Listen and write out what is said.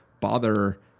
bother